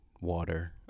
water